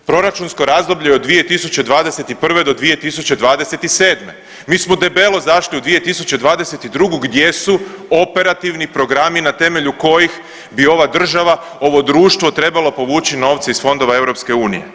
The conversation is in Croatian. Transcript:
Proračunsko razdoblje od 2021.-2027., mi smo debelo zašli u 2022., gdje su operativni programi na temelju kojih bi ova država, ovo društvo trebalo povući novce iz fondova EU?